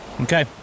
Okay